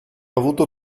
avuto